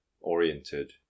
oriented